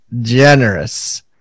generous